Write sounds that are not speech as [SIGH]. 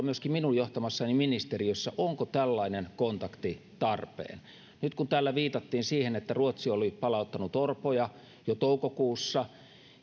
[UNINTELLIGIBLE] myöskin minun johtamassani ministeriössä herätti kovasti keskustelua onko tällainen kontakti tarpeen nyt kun täällä viitattiin siihen että ruotsi oli palauttanut orpoja jo toukokuussa